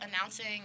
announcing